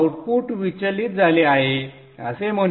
output विचलित झाले आहे असे म्हणूया